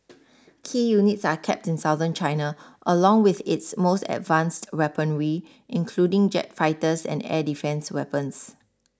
key units are kept in Southern China along with its most advanced weaponry including jet fighters and air defence weapons